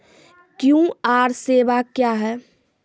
QR सेवा क्या हैं?